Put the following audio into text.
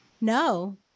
No